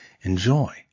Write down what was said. enjoy